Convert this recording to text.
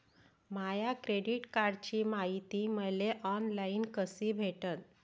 माया credit कार्डची मायती मले ऑनलाईन कसी भेटन?